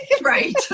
Right